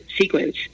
sequence